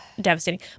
devastating